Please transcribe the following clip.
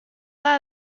pas